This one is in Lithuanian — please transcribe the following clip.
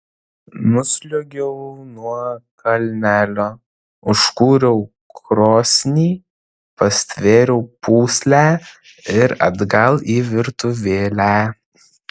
nusliuogiau nuo kalnelio užkūriau krosnį pastvėriau pūslę ir atgal į virtuvėlę